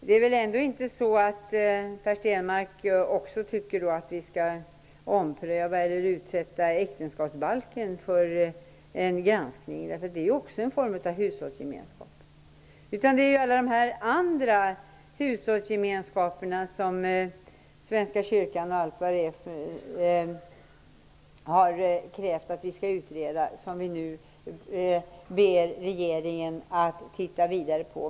Det är väl ändå inte så att Per Stenmarck tycker att vi skall ompröva eller granska äktenskapsbalken? Äktenskap är ju också en form av hushållsgemenskap. Vi ber nu regeringen att se vidare på alla de andra hushållsgemenskaper som bl.a. Svenska kyrkan har krävt skall utredas.